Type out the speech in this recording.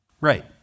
Right